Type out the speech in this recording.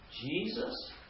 Jesus